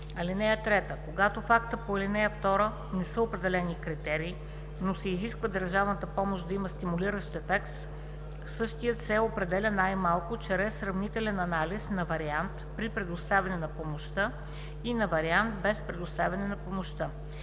(3) Когато в акта по ал. 2 не са определени критерии, но се изисква държавната помощ да има стимулиращ ефект, същият се определя най-малко чрез сравнителен анализ на вариант при предоставяне на помощта и на вариант без предоставяне на помощта.